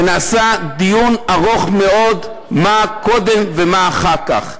ונעשה דיון ארוך מאוד מה קודם ומה אחר כך,